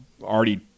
already